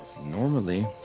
Normally